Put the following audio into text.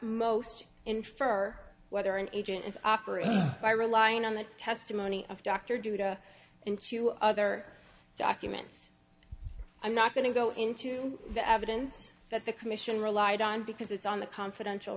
most infer whether an agent is operated by relying on the testimony of dr duda in two other documents i'm not going to go into the evidence that the commission relied on because it's on the confidential